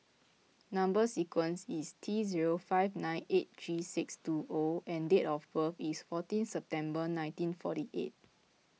Number Sequence is T zero five nine eight three six two O and date of birth is fourteen September nineteen forty eight